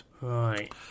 Right